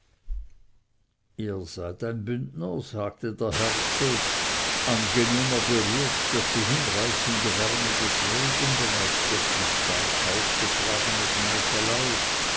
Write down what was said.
ihr seid ein bündner sagte der herzog angenehmer berührt durch die hinreißende wärme des redenden als durch die stark aufgetragene schmeichelei